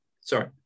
sorry